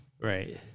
right